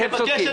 אני מבקש,